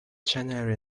january